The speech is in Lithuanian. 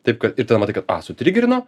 taip kad ir tada matai kad a sutrigerino